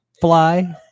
fly